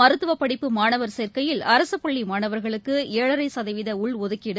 மருத்துவப்படிப்பு மாணவர் சேர்க்கையில் அரசுப்பள்ளிமாணவர்களுக்குஏழரைசதவீதஉள்ஒதுக்கீடு